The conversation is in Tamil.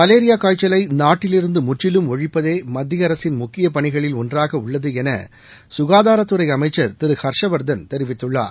மலேரியா காய்ச்சலை நாட்டிலிருந்து முற்றிலும் ஒழிப்பதே மத்திய அரசின் முக்கிய பணிகளில் ஒன்றாக உள்ளது என சுகாதாரத்துறை அமைச்சர் திரு ஹர்ஷ்வர்தன் தெரிவித்துள்ளார்